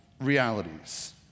realities